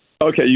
Okay